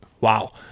wow